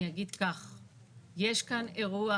יש כאן אירוע